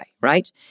right